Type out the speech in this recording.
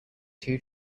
two